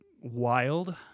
wild